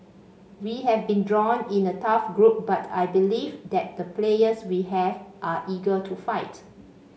we have been drawn in a tough group but I believe that the players we have are eager to fight